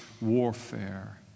warfare